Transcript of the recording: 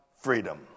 freedom